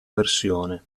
versione